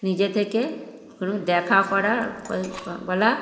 নিজে থেকে কোনো দেখা করা বলা